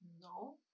No